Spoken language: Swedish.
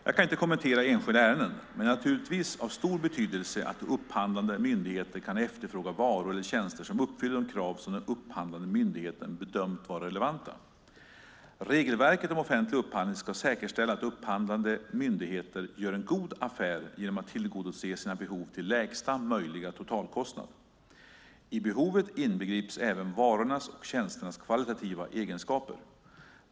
Jag kan inte kommentera enskilda ärenden, men det är naturligtvis av stor betydelse att upphandlande myndigheter kan efterfråga varor eller tjänster som uppfyller de krav som den upphandlande myndigheten bedömt vara relevanta. Regelverket om offentlig upphandling ska säkerställa att upphandlande myndigheter gör en god affär genom att tillgodose sina behov till lägsta möjliga totalkostnad. I behovet inbegrips även varornas och tjänsternas kvalitativa egenskaper.